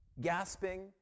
gasping